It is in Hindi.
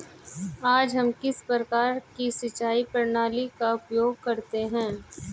आज हम किस प्रकार की सिंचाई प्रणाली का उपयोग करते हैं?